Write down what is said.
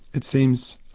it seems,